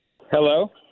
Hello